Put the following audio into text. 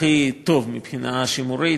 הכי טוב מבחינה שימורית.